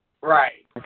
Right